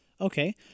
Okay